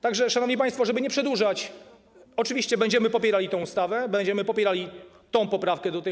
Tak że, szanowni państwo, żeby nie przedłużać - oczywiście będziemy popierali tę ustawę, będziemy popierali tę poprawkę do niej.